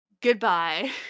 Goodbye